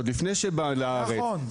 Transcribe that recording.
עוד לפני שבא לארץ,